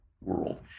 world